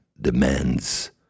demands